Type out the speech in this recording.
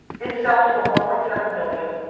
it sells for one point seven billion,